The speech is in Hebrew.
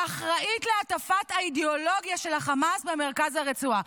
ואחראית להטפת האידיאולוגיה של החמאס במרכז הרצועה.